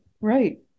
Right